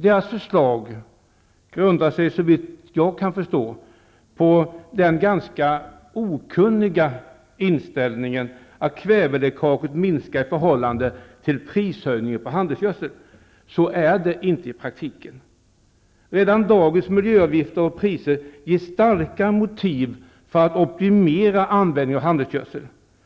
Deras förslag grundar sig, såvitt jag kan förstå, på den ganska okunniga inställningen att kväveläckaget minskar i förhållandet till prishöjningen på handelsgödsel. Så är det inte i praktiken. Redan dagens miljöavgifter och priser ger starka motiv för att optimera användningen av handelsgödsel,